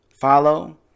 follow